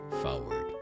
forward